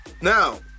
now